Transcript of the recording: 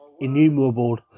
innumerable